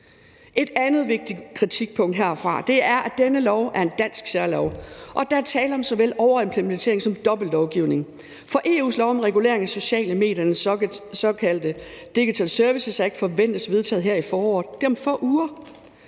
Et andet vigtigt kritikpunkt herfra er, at denne lov er en dansk særlov, og at der er tale om såvel overimplementering som dobbeltlovgivning. For EU's lov om regulering af sociale medier, den såkaldte Digital Services Act, forventes vedtaget her i foråret, og det er om få uger.